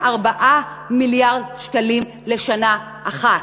בכ-4 מיליארד שקלים לשנה אחת,